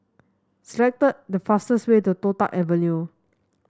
select the fastest way to Toh Tuck Avenue